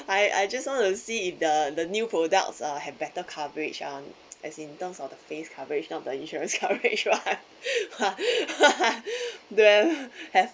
I I just want to see if the the new products uh have better coverage uh as in terms of the face coverage not the insurance coverage [one] the have